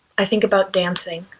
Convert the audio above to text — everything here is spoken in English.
i think about dancing.